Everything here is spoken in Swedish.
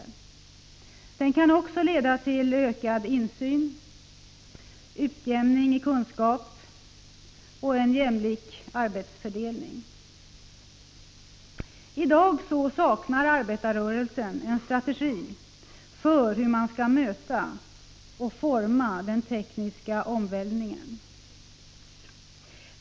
Men den kan också leda till ökad insyn, utjämning i kunskap och en jämlik arbetsfördelning. I dag saknar arbetarrörelsen en strategi för hur man skall möta och forma den tekniska omvälvningen.